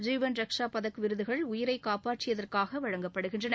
ஜுவன் ரக்ஷா பதக் விருதுகள் உயிரை காப்பாற்றியதற்காக வழங்கப்படுகின்றன